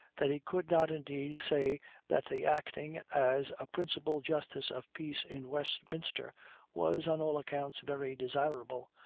that he could not indeed say that the acting as a principal justice of peace in westminster was on all accounts very desirable,